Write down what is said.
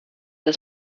das